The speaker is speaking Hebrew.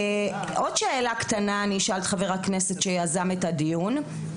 עוד שאלה קטנה אני אשאל את חבר הכנסת שיזם את הדיון,